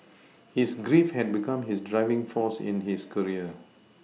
his grief had become his driving force in his career